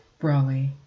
Brawley